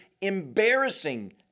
embarrassing